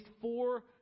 four